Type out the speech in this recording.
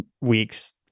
weeks